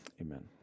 Amen